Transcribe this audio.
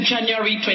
January